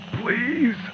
please